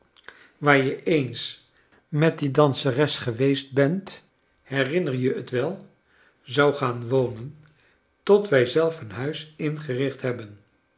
waar je eens met die danseres geweest bent herinner je t wel zou gaan wonen tot wij zelf een huis ingericht hebben